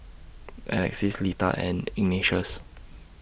Alexys Litha and Ignatius